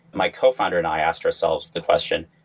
my cofounder and i asked ourselves the question,